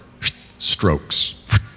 strokes